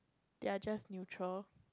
they are just neutral